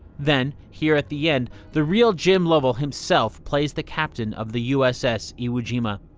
then, here at the end, the real jim lovell himself plays the captain of the uss iwo jima.